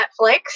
Netflix